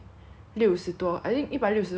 六十多 I think 一百六十五块